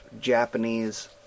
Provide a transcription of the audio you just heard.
Japanese